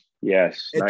yes